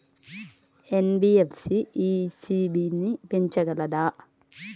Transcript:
NBFC ECB ని పెంచగలదా?